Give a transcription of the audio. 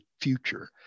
future